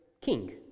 king